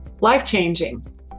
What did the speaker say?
life-changing